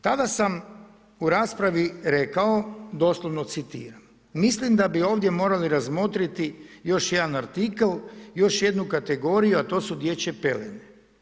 Tada sam u raspravi rekao doslovno citiram: mislim da bi ovdje morali razmotriti još jedan artikl, još jednu kategoriju, a to su dječje pelene.